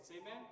amen